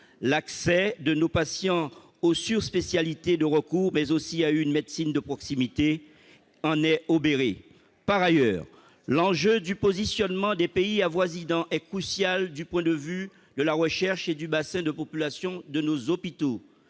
l'accès de nos patients au sur-spécialités de recours, mais aussi à une médecine de proximité en est obérée par ailleurs l'enjeu du positionnement des pays avoisinants et cruciale du point de vue de la recherche et du bassin de population de nos hôpitaux